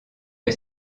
est